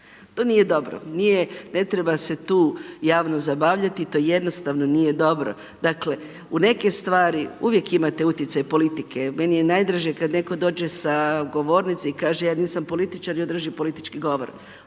To nije dobro, ne treba se tu javnost zabavljati, to jednostavno nije dobro, dakle u neke stvari uvijek imate utjecaj politike. Meni je najdraže kad netko dođe sa govornice i kaže ja nisam političar i održi politički govor.